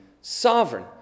sovereign